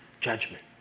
judgment